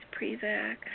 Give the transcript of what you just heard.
Prevac